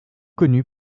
connu